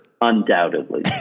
undoubtedly